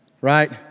Right